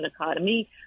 economy